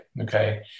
Okay